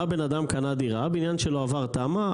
בא בן אדם, קנה דירה, הבניין שלו עבר תמ"א.